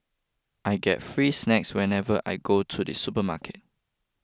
I get free snacks whenever I go to the supermarket